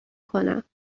کنم